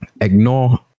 Ignore